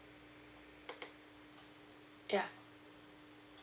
ya